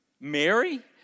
Mary